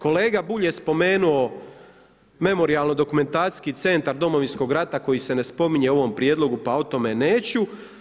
Kolega Bulj je spomenuo Memorijalno-dokumentacijski centar Domovinsko rata koji se ne spominje u ovom Prijedlogu, pa o tome neću.